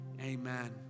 amen